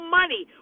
money